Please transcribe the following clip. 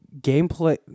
gameplay